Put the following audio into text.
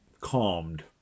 calmed